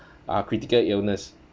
ah critical illness